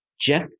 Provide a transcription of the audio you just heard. Jeff